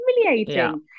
humiliating